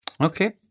Okay